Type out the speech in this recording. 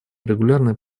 регулярный